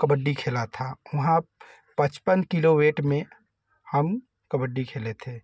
कबड्डी खेला था वहाँ पचपन किलो वेट में हम कबड्डी खेले थे